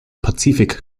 pazifik